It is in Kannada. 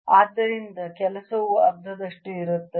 ಆದ್ದರಿಂದ ಕೆಲಸವು ಅರ್ಧದಷ್ಟು ಇರುತ್ತದೆ